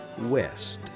West